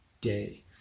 day